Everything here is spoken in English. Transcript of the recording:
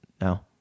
now